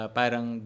parang